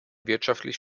wirtschaftlich